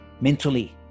Mentally